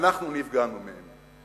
אנחנו נפגענו ממנו.